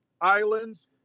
islands